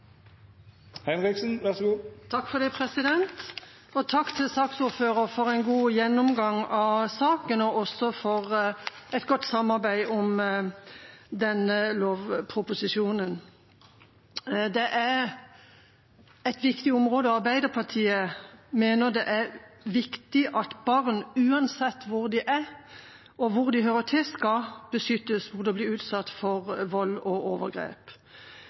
til saksordføreren for en god gjennomgang av saken og også for et godt samarbeid om denne lovproposisjonen. Dette er et viktig område, og Arbeiderpartiet mener det er viktig at barn, uansett hvor de er, og hvor de hører til, skal beskyttes mot å bli utsatt for vold og overgrep. Derfor handler arbeidet mot at barn blir utsatt for vold og overgrep,